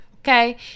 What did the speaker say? okay